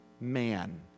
man